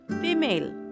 female